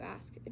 ask